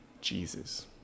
Jesus